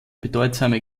bedeutsame